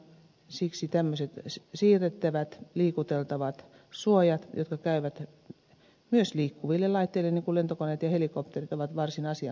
siksi tämmöiset siirrettävät liikuteltavat suojat jotka käyvät myös liikkuville laitteille kuten lentokoneille ja helikoptereille ovat varsin asianmukaisia